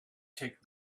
take